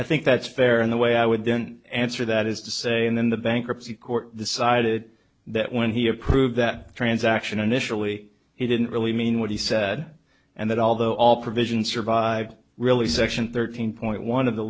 i think that's fair and the way i would then answer that is to say and then the bankruptcy court decided that when he approved that transaction initially he didn't really mean what he said and that although all provisions survived really section thirteen point one of the